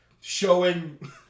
showing